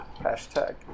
Hashtag